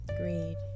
Greed